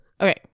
Okay